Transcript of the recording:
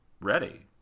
ready